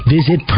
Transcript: Visit